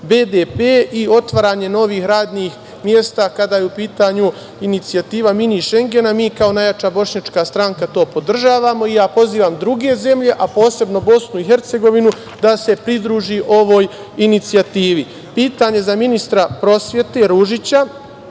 BDP i otvaranje novih radnih mesta, kada je u pitanju inicijativa „mini Šengena“? Mi kao najjača bošnjačka stranka to podržavamo i ja pozivam druge zemlje, a posebno Bosnu i Hercegovinu, da se pridruži ovoj inicijativi. Pitanje za ministra prosvete Ružića